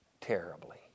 terribly